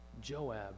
Joab